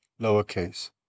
lowercase